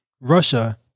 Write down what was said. Russia